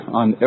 on